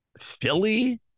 Philly